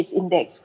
index